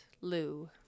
lou